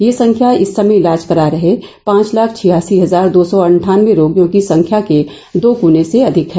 यह संख्या इस समय इलाज करा रहे पांच लाख छियासी हजार दौ सौ अठान्नबे रोगियों की संख्या के दोगने से भी अधिक है